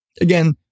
Again